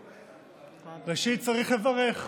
ראשית, צריך לברך.